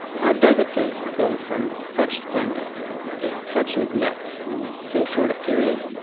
how does a place go from such splendor to such neglect in so short a period?